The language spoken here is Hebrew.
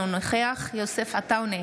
אינו נוכח יוסף עטאונה,